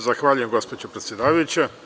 Zahvaljujem, gospođo predsedavajuća.